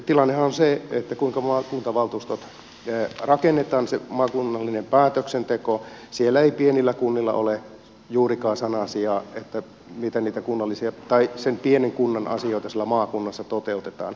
tilannehan on siinä kuinka maakuntavaltuustot se maakunnallinen päätöksenteko rakennetaan se että siellä ei pienillä kunnilla ole juurikaan sanan sijaa miten sen pienen kunnan asioita siellä maakunnassa toteutetaan